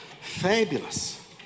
Fabulous